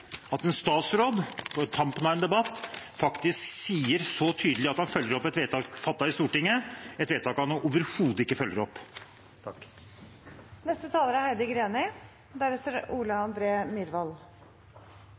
at en statsråd på tampen av en debatt faktisk sier så tydelig at han følger opp et vedtak fattet i Stortinget, som han overhodet ikke følger opp.